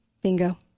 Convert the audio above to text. Bingo